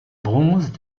bronzes